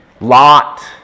Lot